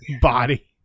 body